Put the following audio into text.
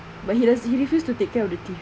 but he doesn't he refused to take care of the teeth